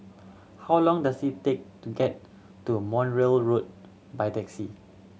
how long does it take to get to Montreal Road by taxi